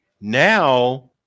now